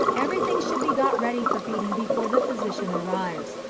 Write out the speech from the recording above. every thing should be got ready for feeding before the physician arrives.